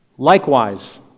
Likewise